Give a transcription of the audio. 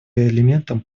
элементом